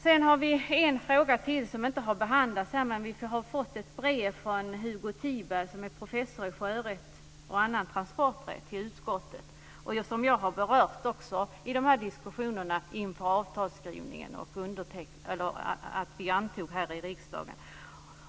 Det är en fråga till som inte har behandlats. Vi har fått ett brev från Hugo Tiberg, som är professor i sjörätt och annan transporträtt, till utskottet. Jag har berört det i diskussionerna inför avtalsskrivningen och inför att vi antog det här i riksdagen.